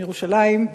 אולם "ירושלים",